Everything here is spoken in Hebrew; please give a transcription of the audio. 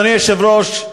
אדוני היושב-ראש,